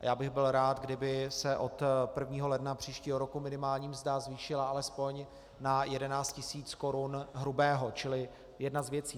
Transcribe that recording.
Já bych byl rád, kdyby se od 1. ledna příštího roku minimální mzda zvýšila alespoň na 11 tisíc korun hrubého to je jedna z věcí.